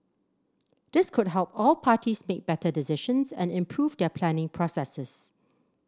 this could help all parties make better decisions and improve their planning processes